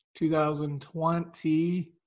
2020